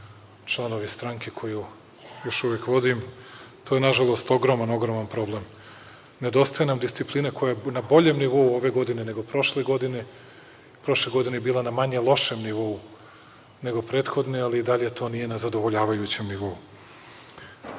članovi stranke koju još uvek vodim. To je nažalost ogroman problem. Nedostaje nam disciplina koja je na boljem nivou ove godine nego prošle godine. Prošle godine je bila na manje lošem nivou nego prethodne, ali i dalje to nije na zadovoljavajućem